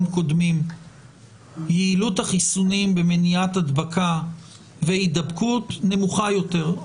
קודמים יעילות החיסונים במניעת הדבקה והידבקות נמוכה יותר.